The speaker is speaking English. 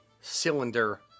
cylinder